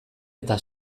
eta